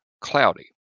cloudy